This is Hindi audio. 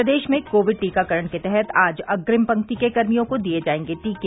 प्रदेश में कोविड टीकाकरण के तहत आज अग्रिम पंक्ति के कर्मियों को दिए जायेंगे टीके